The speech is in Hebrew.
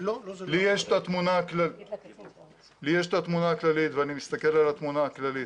לי יש את התמונה הכללית ואני מסתכל על התמונה הכללית,